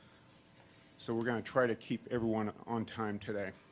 so we're going to try to keep everyone on time today.